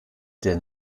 der